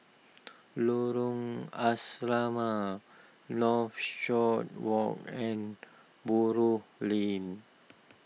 Lorong Asrama Northshore Walk and Buroh Lane